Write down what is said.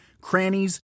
crannies